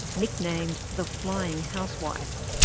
nicknamed the flying housewife.